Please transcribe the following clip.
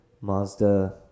Mazda